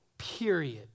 Period